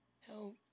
help